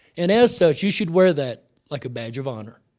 and as such, you should wear that like a badge of honor,